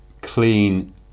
clean